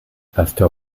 after